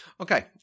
Okay